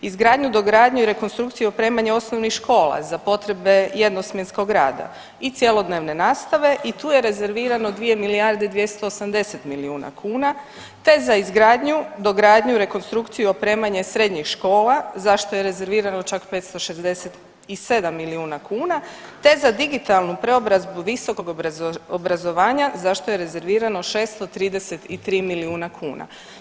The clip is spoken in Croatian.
Izgradnju, dogradnju, rekonstrukciju i opremanje osnovnih škola za potrebe jednosmjenskog rada i cjelodnevne nastave i tu je rezervirano 2 milijarde 280 milijuna kuna te za izgradnju, dogradnju, rekonstrukciju i opremanje srednjih škola za što je rezervirano čak 567 milijuna kuna te za digitalnu preobrazbu visokog obrazovanja za što je rezervirano 633 milijuna kuna.